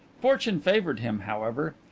fortune favoured him, however.